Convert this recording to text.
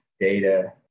data